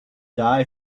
die